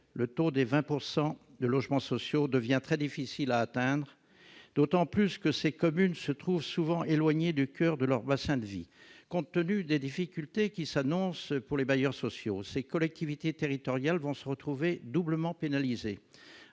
20 pourcent de de logements sociaux devient très difficile à atteindre, d'autant plus que ces communes se trouvent souvent éloignées du coeur de leur bassin de vie, compte tenu des difficultés qui s'annoncent pour les bailleurs sociaux, ces collectivités territoriales vont se retrouver doublement pénalisés,